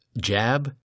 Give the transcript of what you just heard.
Jab